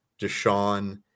Deshaun